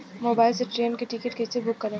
Mobile से train के ticket कैसे बूक करेम?